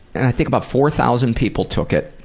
and i think about four thousand people took it,